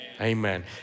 Amen